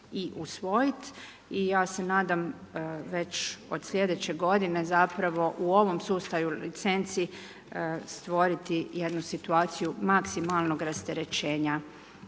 i usvojit i ja se nadam već od sljedeće godine zapravo u ovom sustavu licenci stvoriti jednu situaciju maksimalnog rasterećenja